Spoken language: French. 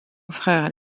frère